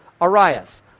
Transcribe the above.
Arias